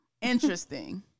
Interesting